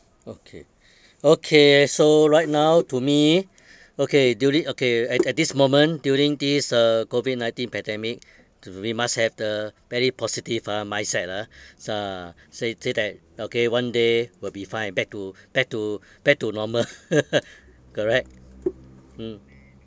okay okay so right now to me okay during okay at at this moment during this uh COVID nineteen pandemic uh we must have the very positive uh mindset ah s~ ah say say that okay one day will be fine back to back to back to normal correct mm